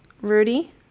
Rudy